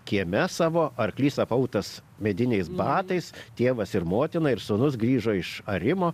kieme savo arklys apautas mediniais batais tėvas ir motina ir sūnus grįžo iš arimo